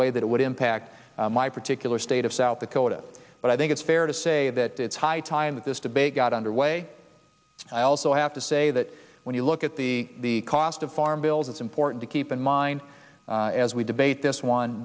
way that it would impact my particular state of south dakota but i think it's fair to say that it's high time that this debate got underway i also have to say that when you look at the cost of farm bills it's important to keep in mind as we debate this one